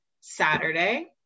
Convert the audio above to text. saturday